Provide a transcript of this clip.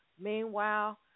Meanwhile